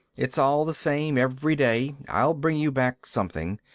it's all the same, every day. i'll bring you back something.